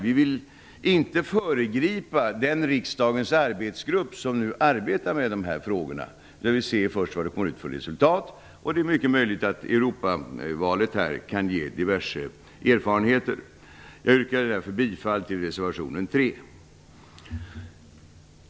Vi vill inte föregripa resultatet från den riksdagens arbetsgrupp som arbetar med de här frågorna. Det är mycket möjligt att Europavalet kan ge diverse erfarenheter. Jag yrkar därför bifall till reservation 3.